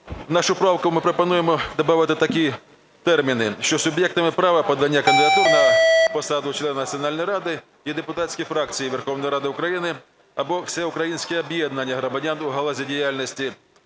Нашою правкою ми пропонуємо добавити такі терміни: що суб'єктами права подання кандидатур на посаду члена Національної ради є депутатські фракції Верховної Ради України або всеукраїнські об'єднання громадян у галузі діяльності